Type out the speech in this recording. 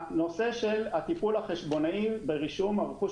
הנושא של הטיפול החשבונאי ברישום הרכוש